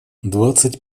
двадцать